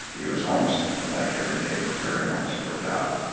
it was almost like every day preparing almost for a battle.